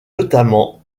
notamment